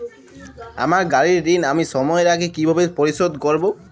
আমার গাড়ির ঋণ আমি সময়ের আগে কিভাবে পরিশোধ করবো?